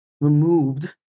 removed